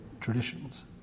traditions